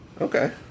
Okay